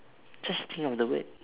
just think of the word